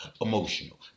emotional